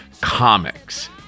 Comics